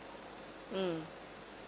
mm